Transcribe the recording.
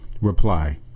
reply